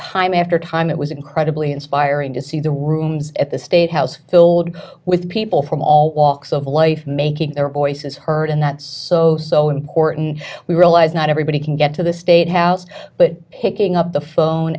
time after time it was incredibly inspiring to see the rooms at the state house filled with people from all walks of life making their voices heard and that's so so important we realize not everybody can get to the state house but picking up the phone